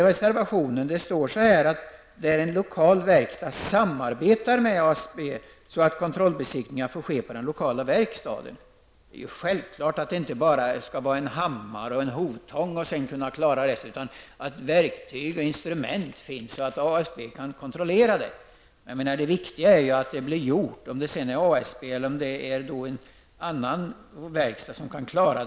I reservationen står att lokala verkstäder skall samarbeta med ASB så att kontrollbesiktningar får ske på den lokala verkstaden. Självklart räcker det inte med en hammare och en hovtång för att klara det, utan det krävs ordentliga verktyg och andra instrument samt att ASB kontrollerar att arbetet blir rätt utfört. Det viktiga är dock att arbetet blir utfört.